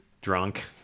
drunk